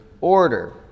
order